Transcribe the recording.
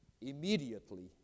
Immediately